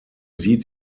sieht